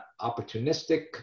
opportunistic